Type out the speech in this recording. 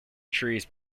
trees